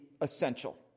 essential